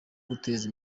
guteza